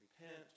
Repent